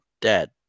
dead